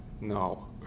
No